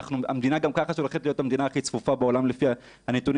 שאנחנו המדינה שגם ככה הולכת להיות המדינה הכי צפופה בעולם לפי הנתונים